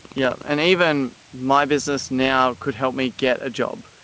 yeah and even my business now could help me get a job.